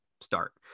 start